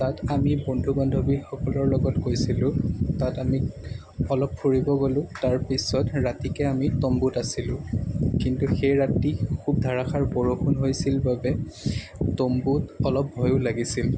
তাত আমি বন্ধু বান্ধৱীসকলৰ লগত গৈছিলোঁ তাত আমি অলপ ফুৰিব গ'লো তাৰপিছত ৰাতিকৈ আমি টম্বুত আছিলোঁ কিন্তু সেই ৰাতি খুব ধাৰাসাৰ বৰষুণ হৈছিল বাবে টম্বুত অলপ ভয়ো লাগিছিল